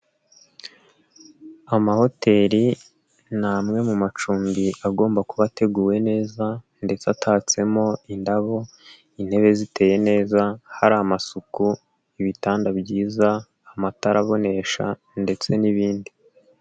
Amahoteli ni amwe mu macumbi agomba kuba ateguwe neza ndetse atatsemo indabo, intebe ziteye neza, hari amasuku, ibitanda byiza, amatara abonesha ndetse n'ibindi.